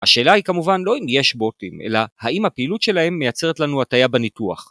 השאלה היא כמובן לא אם יש בוטים, אלא האם הפעילות שלהם מייצרת לנו התאיה בניפואח